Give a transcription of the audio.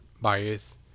bias